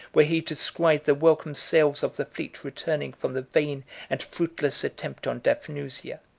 where he descried the welcome sails of the fleet returning from the vain and fruitless attempt on daphnusia.